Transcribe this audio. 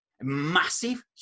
massive